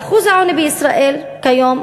שהעוני בישראל כיום,